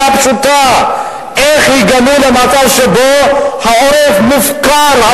פשוטה: איך הגענו למצב שבו העורף מופקר,